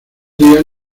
días